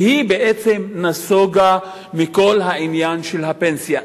שבעצם נסוגה מכל העניין של הפנסיה.